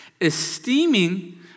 esteeming